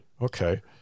Okay